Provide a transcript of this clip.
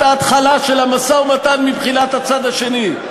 ההתחלה של המשא-ומתן מבחינת הצד השני.